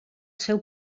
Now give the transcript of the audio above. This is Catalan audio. seu